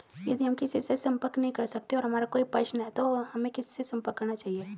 यदि हम किसी से संपर्क नहीं कर सकते हैं और हमारा कोई प्रश्न है तो हमें किससे संपर्क करना चाहिए?